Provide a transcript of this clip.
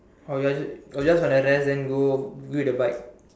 or you want or just want to rest then go wait at the bike